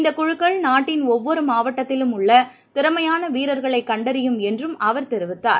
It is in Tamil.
இந்த குழுக்கள்நாட்டின் ஒவ்வொரு மாவட்டத்திலும் உள்ள திறமையான வீரர்களைக் கண்டறியும் என்றும் அவர் கூறினார்